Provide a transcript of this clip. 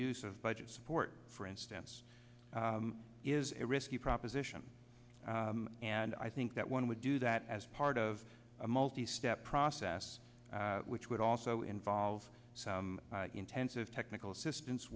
of budget support for instance is a risky proposition and i think that one would do that as part of a multi step process which would also involve some intensive technical assistance